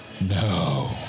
No